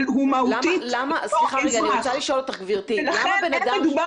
אבל הוא מהותית לא אזרח ולכן אין מדובר